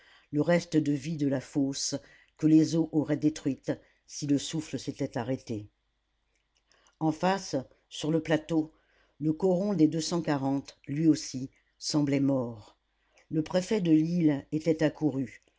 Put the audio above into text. le reste de vie de la fosse que les eaux auraient détruite si le souffle s'était arrêté en face sur le plateau le coron des deux cent quarante lui aussi semblait mort le préfet de lille était accouru